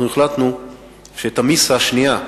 אנחנו החלטנו שאת המיסה השנייה,